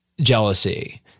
jealousy